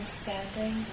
standing